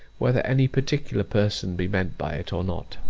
whether any particular person be meant by it, or not.